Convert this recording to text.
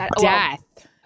death